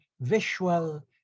visual